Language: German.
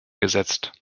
gesetzt